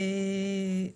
מקרים ותגובות.